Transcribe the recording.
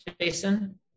Jason